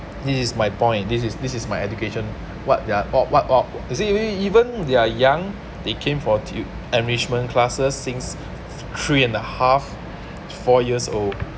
this is my point this is this is my education what their what what what you see even even they are young they came for tui~ enrichment classes since three and a half four years old